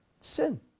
sin